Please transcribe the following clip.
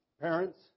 parents